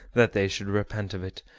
that they should repent of it,